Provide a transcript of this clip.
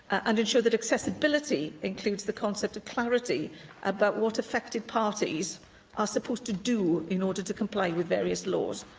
and ensure that accessibility includes the concept of clarity about what affected parties are supposed to do in order to comply with various laws?